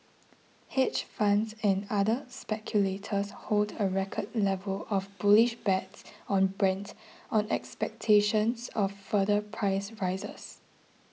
hedge funds and other speculators hold a record level of bullish bets on Brent on expectations of further price rises